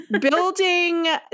building